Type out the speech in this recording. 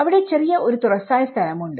അവിടെ ചെറിയ ഒരു തുറസ്സായ സ്ഥലമുണ്ട്